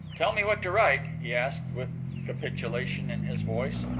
tell me what to write, he asked, with capitulation in his voice.